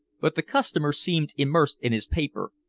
but the customer seemed immersed in his paper,